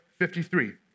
53